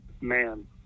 man